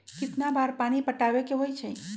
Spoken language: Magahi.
कितना बार पानी पटावे के होई छाई?